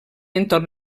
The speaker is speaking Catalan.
entorn